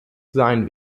sein